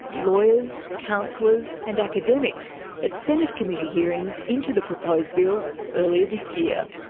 lawyers, counsellors and academics at senate committee hearings into the proposed bill earlier this year.